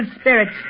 spirits